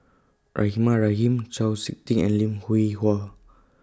Rahimah Rahim Chau Sik Ting and Lim Hwee Hua